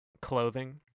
clothing